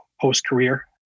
post-career